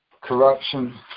corruption